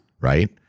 right